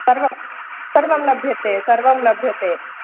सर्व सर्वं लभ्यते सर्वं लभ्यते